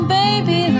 baby